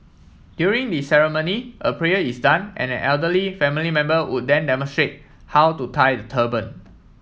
during the ceremony a prayer is done and an elderly family member would then demonstrate how to tie the turban